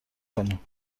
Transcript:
کنیم